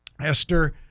Esther